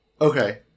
Okay